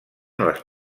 les